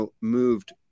moved